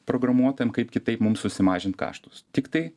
programuotojam kaip kitaip mums susimažint kaštus tiktai